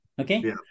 okay